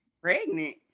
Pregnant